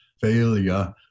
failure